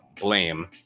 blame